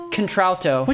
Contralto